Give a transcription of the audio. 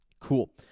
Cool